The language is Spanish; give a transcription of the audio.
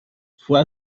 fue